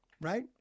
Right